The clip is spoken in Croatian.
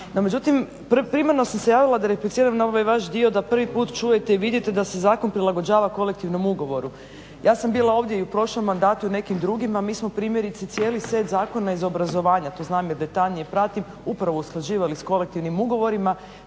međutim, primarno sam se javila da repliciram na ovaj vaš dio da prvi put čujete i vidite da se zakon prilagođava kolektivnom ugovoru. Ja sam bila ovdje i u prošlom mandatu i nekim drugim, a mi smo primjerice cijeli set zakona iz obrazovanja to znam jer detaljnije pratim upravo usklađivali s kolektivnim ugovorima.